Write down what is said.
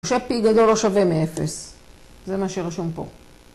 ש-P גדול לא שווה מאפס, זה מה שרשום פה.